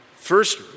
First